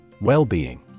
well-being